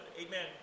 amen